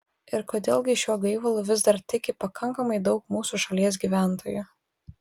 ir kodėl gi šiuo gaivalu vis dar tiki pakankamai daug mūsų šalies gyventojų